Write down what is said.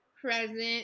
present